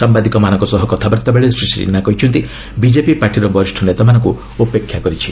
ସାମ୍ବାଦିକମାନଙ୍କ ସହ କଥାବାର୍ତ୍ତା ବେଳେ ଶ୍ରୀ ସିହ୍ନା କହିଛନ୍ତି ବିଜେପି ପାର୍ଟିର ବରିଷ୍ଣ ନେତାମାନଙ୍କୁ ଉପେକ୍ଷା କରିଛି